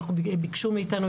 ביקשו מאתנו,